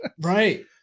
Right